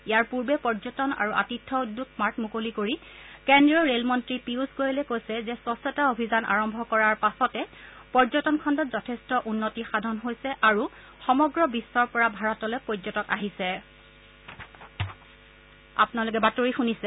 ইয়াৰ পূৰ্বে পৰ্যটন আৰু আতিথ্য উদ্যোগ মাৰ্ট মুকলি কৰি কেদ্ৰীয় ৰেল মন্ত্ৰী পীয়ুয় গোৰেলে কৈছে যে স্বছতা অভিযান আৰম্ভ কৰাৰ পাছতে পৰ্যটন খণ্ডত যথেষ্ট উন্নতি সাধন হৈছে আৰু সমগ্ৰ বিশ্বৰ পৰা ভাৰতলৈ পৰ্যটক আহিছে